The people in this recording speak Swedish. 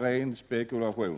ren spekulation?